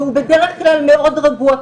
והוא בדרך כלל מאוד רגוע,